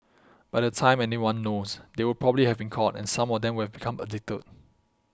by the time anyone knows they would probably have been caught and some of them would have become addicted